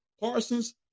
Parsons